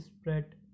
spread